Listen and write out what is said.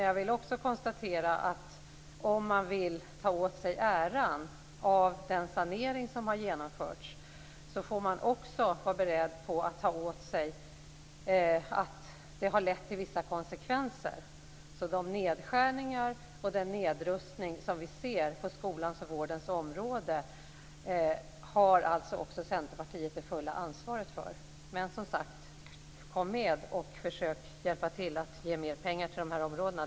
Jag vill också konstatera att om man vill ta åt sig äran av den sanering som har genomförts får man också vara beredd att ta åt sig kritik för att det har lett till vissa konsekvenser. De nedskärningar och den nedrustning som vi ser på skolans och vårdens områden har alltså också Centerpartiet det fulla ansvaret för. Men kom med och försök hjälpa till att ge mer pengar till de här områdena!